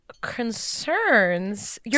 Concerns